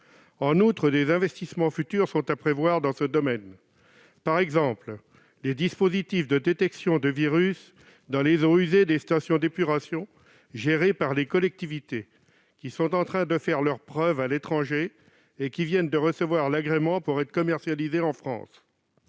En outre, des investissements futurs sont à prévoir dans ce domaine. Je pense, par exemple, aux dispositifs de détection de virus dans les eaux usées des stations d'épuration gérées par les collectivités ; ceux-ci sont en train de faire leurs preuves à l'étranger et viennent de recevoir l'agrément qui autorise leur commercialisation en France.